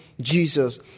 Jesus